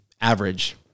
average